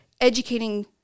educating